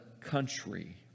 country